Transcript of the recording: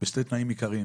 בשני תנאים עיקריים,